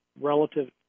relative